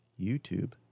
YouTube